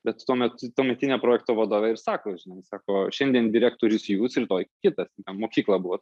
bet tuomet tuometinė projekto vadovė ir sako žinai sako šiandien direktorius jūs rytoj kitas mokykla buvo